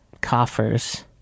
coffers